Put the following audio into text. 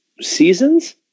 seasons